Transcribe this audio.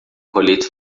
coletes